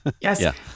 Yes